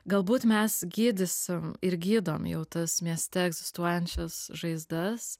galbūt mes gydysim ir gydom jau tas mieste egzistuojančias žaizdas